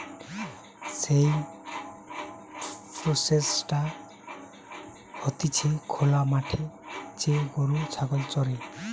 যেই প্রসেসটা হতিছে খোলা মাঠে যে গরু ছাগল চরে